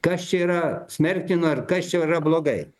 kas čia yra smerktino ir kas čia yra blogai